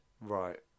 Right